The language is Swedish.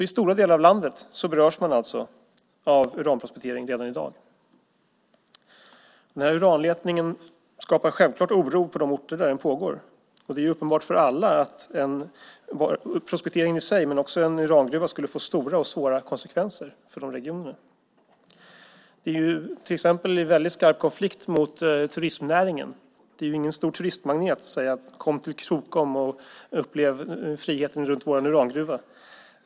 I stora delar av landet berörs man alltså av uranprospektering redan i dag. Den här uranletningen skapar självklart oro på de orter där den pågår, och det är uppenbart för alla att en prospektering i sig men också en urangruva skulle få stora och svåra konsekvenser för de regionerna. Det står till exempel i väldigt skarp konflikt med turismnäringen. Det är ju ingen stor turistmagnet att säga "Kom till Krokom och upplev friheten runt vår urangruva!"